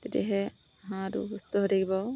তেতিয়াহে হাঁহটো সুস্থ হৈ থাকিব